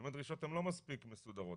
אם הדרישות הן לא מספיק מסודרות,